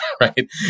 right